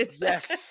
yes